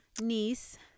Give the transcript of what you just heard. niece